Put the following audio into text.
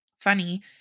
Funny